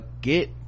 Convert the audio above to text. get